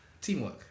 Teamwork